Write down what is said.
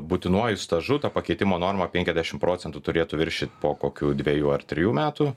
būtinuoju stažu tą pakeitimo normą penkiasdešimt procentų turėtų viršyt po kokių dvejų ar trijų metų